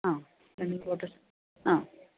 ആ രണ്ട് ഫോട്ടോസ് ആ